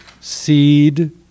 seed